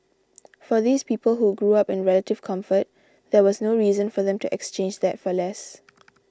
for these people who grew up in relative comfort there was no reason for them to exchange that for less